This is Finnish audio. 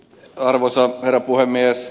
arvoisa herra puhemies